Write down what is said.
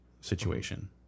situation